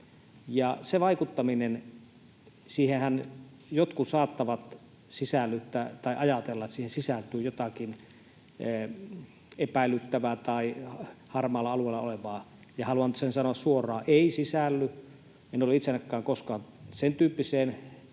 se vaikuttaminen — jotkut saattavat ajatella, että siihen sisältyy jotakin epäilyttävää tai harmaalla alueella olevaa, ja haluan sen sanoa suoraan: Ei sisälly. En ole ainakaan itse koskaan sentyyppiseen